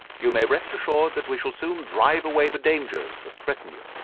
you may rest assured that we shall soon drive away the dangers that threaten you.